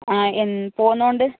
ആ പോവുന്നതുകൊണ്ട്